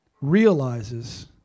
realizes